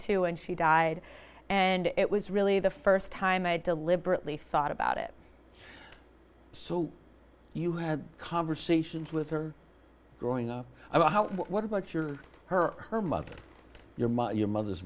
two and she died and it was really the first time i had deliberately thought about it so you had conversations with her growing up about what about your her her mother your mother your mother's